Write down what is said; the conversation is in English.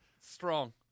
Strong